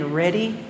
ready